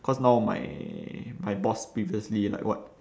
cause now my my boss previously like what